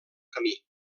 camí